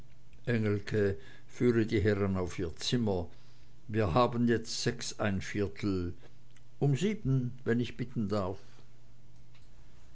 engelke führe die herren auf ihr zimmer wir haben jetzt sechseinviertel um sieben wenn ich bitten darf